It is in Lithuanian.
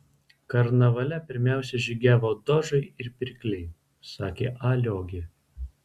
karnavale pirmiausiai žygiavo dožai ir pirkliai sakė a liogė